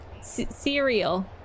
Cereal